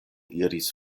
iris